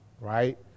right